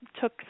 took